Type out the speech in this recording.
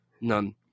None